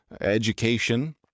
education